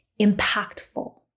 impactful